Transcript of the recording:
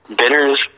bitters